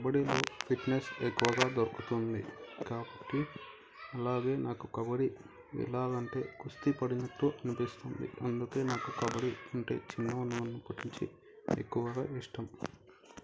కబడ్డీలో ఫిట్నెస్ ఎక్కువగా దొరుకుతుంది కాబట్టి అలాగే నాకు కబడీ ఎలాాగ అంటే కుస్తీ పడినట్టు అనిపిస్తుంది అందుకే నాకు కబడ్డీ అంటే చిన్నగా ఉన్నప్పటి నుంచి ఎక్కువగా ఇష్టం